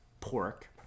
pork